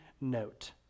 note